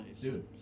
Dude